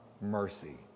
mercy